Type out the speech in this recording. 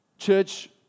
Church